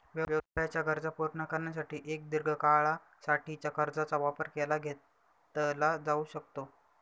व्यवसायाच्या गरजा पूर्ण करण्यासाठी एक दीर्घ काळा साठीच्या कर्जाचा वापर केला घेतला जाऊ शकतो